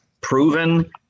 proven